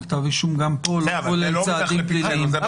כתב האישום גם פה לא כולל צעדים פליליים.